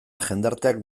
jendarteak